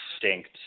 distinct